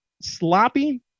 sloppy